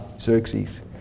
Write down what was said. Xerxes